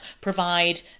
provide